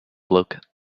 bloke